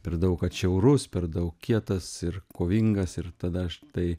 per daug atšiaurus per daug kietas ir kovingas ir tada aš tai